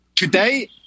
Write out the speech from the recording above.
Today